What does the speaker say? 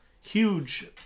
Huge